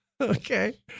Okay